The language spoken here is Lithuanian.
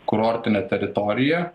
kurortine teritorija